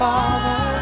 Father